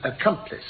accomplice